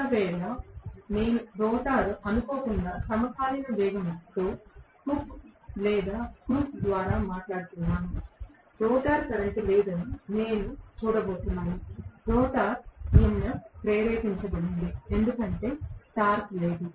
ఒకవేళ నేను రోటర్ అనుకోకుండా సమకాలీన వేగంతో హుక్ లేదా క్రూక్ ద్వారా మాట్లాడుతున్నాను రోటర్ కరెంట్ లేదని నేను చూడబోతున్నాను రోటర్ EMF ప్రేరేపించబడింది ఎందుకంటే టార్క్ లేదు